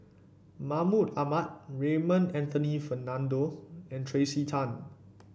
Mahmud Ahmad Raymond Anthony Fernando and Tracey Tan